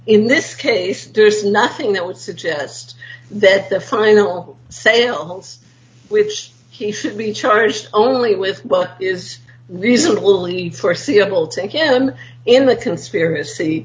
in this case there's nothing that would suggest that the final sales which he should be charged only with well is reasonable only foreseeable to him in the conspiracy